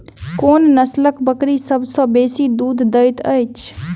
कोन नसलक बकरी सबसँ बेसी दूध देइत अछि?